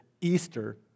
Easter